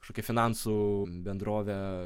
kažkokią finansų bendrovę